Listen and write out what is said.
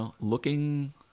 looking